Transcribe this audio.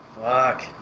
Fuck